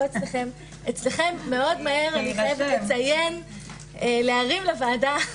אצלכם מאוד מהר, אני חייבת להרים לוועדה